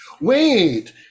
Wait